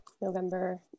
November